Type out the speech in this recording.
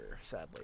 sadly